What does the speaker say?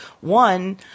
One